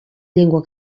llengua